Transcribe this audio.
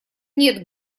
нет